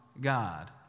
God